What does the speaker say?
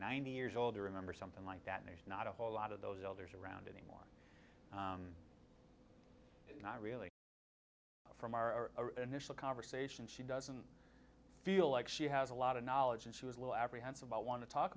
ninety years old to remember something like that news not a whole lot of those elders around anymore not really from our initial conversations she doesn't feel like she has a lot of knowledge and she was a little apprehensive about want to talk